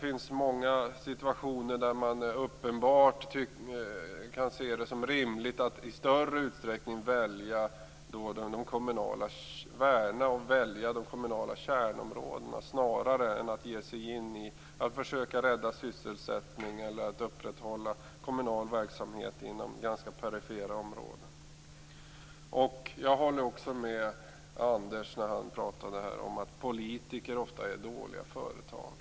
I många situationer kan det uppenbart ses som rimligt att i större utsträckning värna och välja de kommunala kärnområdena snarare än att försöka rädda sysselsättning eller upprätthålla kommunal verksamhet inom ganska perifera områden. Jag håller också med Anders Johnson när han säger att politiker ofta är dåliga företagare.